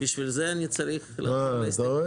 בשביל זה אני צריך את ההסתייגויות.